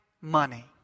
money